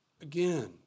again